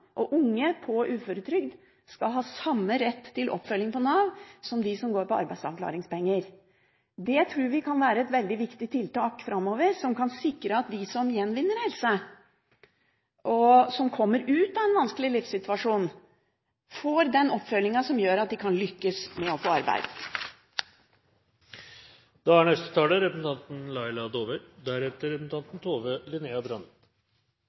og unge på uføretrygd skal ha samme rett til oppfølging fra Nav som dem som går på arbeidsavklaringspenger. Det tror vi kan være et veldig viktig tiltak framover, som kan sikre at de som gjenvinner helse, og som kommer ut av en vanskelig livssituasjon, får den oppfølgingen som gjør at de kan lykkes med å få